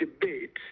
debate